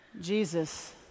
Jesus